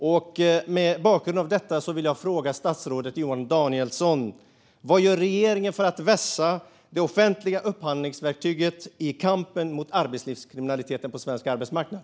Mot bakgrund av detta vill jag fråga statsrådet Johan Danielsson: Vad gör regeringen för att vässa det verktyg som offentlig upphandling utgör i kampen mot arbetslivskriminaliteten på svensk arbetsmarknad?